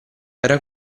era